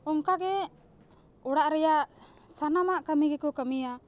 ᱚᱱᱠᱟ ᱜᱮ ᱚᱲᱟᱜ ᱨᱮᱭᱟᱜ ᱥᱟᱱᱟᱢᱟᱜ ᱠᱟᱹᱢᱤ ᱜᱮᱠᱚ ᱠᱟᱹᱢᱤᱭᱟ